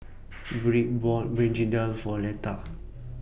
Briley bought Begedil For Letha